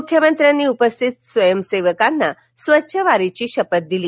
मुख्यमंत्र्यांनी उपस्थित स्वयंसेवकांना स्वच्छ वारीची शपथ दिली